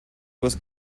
was